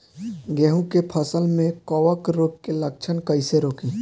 गेहूं के फसल में कवक रोग के लक्षण कईसे रोकी?